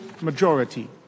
majority